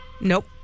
Nope